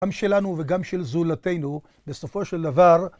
גם שלנו וגם של זולתנו, בסופו של דבר, ...